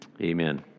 Amen